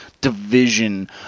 division